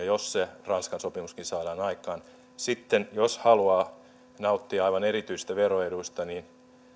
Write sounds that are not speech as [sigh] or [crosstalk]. [unintelligible] jos se ranskan sopimuskin saadaan aikaan sitten jos haluaa nauttia aivan erityisistä veroeduista niin